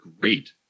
great